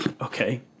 Okay